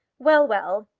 well, well.